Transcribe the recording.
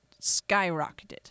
skyrocketed